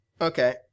Okay